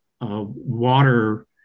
water